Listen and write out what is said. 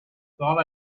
thought